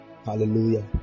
Hallelujah